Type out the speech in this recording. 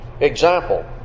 Example